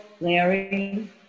larry